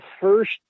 first